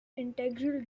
integral